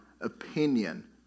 opinion